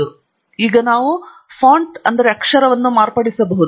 ಮತ್ತು ನಾವು ಈಗ ಫಾಂಟ್ ಅನ್ನು ಮಾರ್ಪಡಿಸಬಹುದು